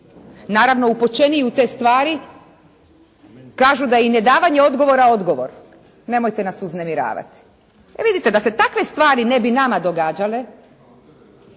Naravno upućeniji u te stvari kažu da im je davanje odgovora odgovor nemojte nas uznemiravati. E vidite, da se takve stvari ne bi nama događale